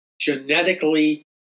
genetically